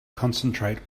concentrate